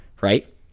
Right